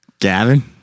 Gavin